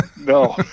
No